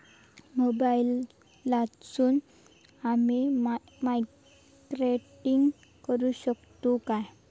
मोबाईलातसून आमी मार्केटिंग करूक शकतू काय?